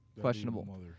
questionable